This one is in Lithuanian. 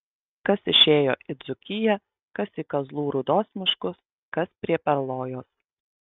kas išėjo į dzūkiją kas į kazlų rūdos miškus kas prie perlojos